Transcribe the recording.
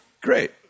great